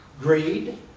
greed